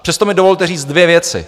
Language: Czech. Přesto mi dovolte říct dvě věci.